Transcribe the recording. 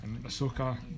Ahsoka